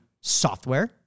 software